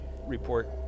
report